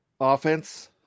offense